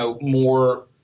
more